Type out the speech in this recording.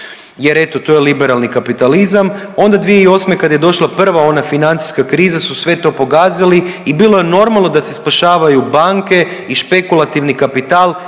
jer eto, to je liberalni kapitalizam, onda 2008. kad je došla prva ona financijska kriza su sve to pogazili i bilo je normalno da se spašavaju banke i špekulativni kapital